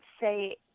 say